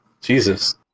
Jesus